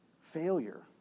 failure